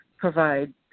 provide